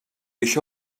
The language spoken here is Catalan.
això